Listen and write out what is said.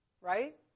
Right